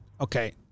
Okay